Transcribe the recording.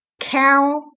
Carol